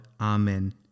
Amen